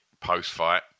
post-fight